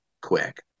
quick